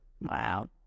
Wow